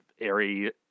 airy